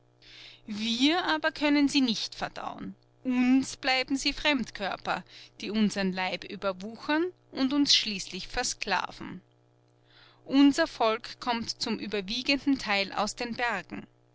wir aber können sie nicht verdauen uns bleiben sie fremdkörper die unsern leib überwuchern und uns schließlich versklaven unser volk kommt zum überwiegenden teil aus den bergen